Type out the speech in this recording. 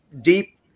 deep